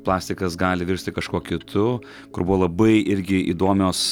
plastikas gali virsti kažkuo kitu kur buvo labai irgi įdomios